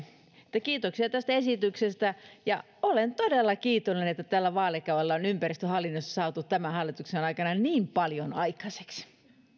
kiitoksia tästä esityksestä olen todella kiitollinen että tällä vaalikaudella on ympäristöhallinnossa saatu tämän hallituksen aikana niin paljon aikaiseksi